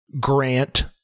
Grant